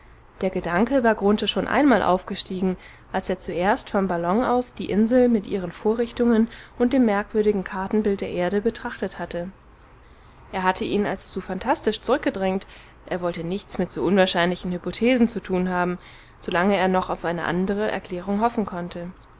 der gedanke war grunthe schon einmal aufgestiegen als er zuerst vom ballon aus die insel mit ihren vorrichtungen und dem merkwürdigen kartenbild der erde betrachtet hatte er hatte ihn als zu phantastisch zurückgedrängt er wollte nichts mit so unwahrscheinlichen hypothesen zu tun haben so lange er noch auf eine andere erklärung hoffen konnte